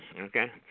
Okay